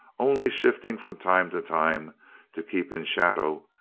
only shifting from time to time to keep in shadow,